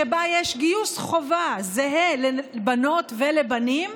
שבה יש גיוס חובה זהה לבנות ולבנים,